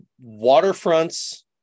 Waterfront's